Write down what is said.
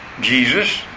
Jesus